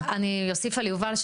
רק אני אוסיף על יובל,